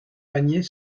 panier